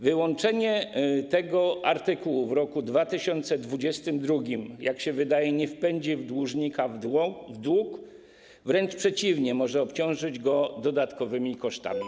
Wyłączenie tego artykułu w roku 2022, jak się wydaje, nie wpędzi dłużnika w dług, wręcz przeciwnie, może obciążyć go dodatkowymi kosztami.